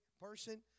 person